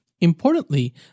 Importantly